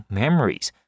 memories